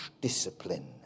discipline